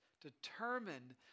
determined